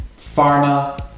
pharma